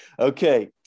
Okay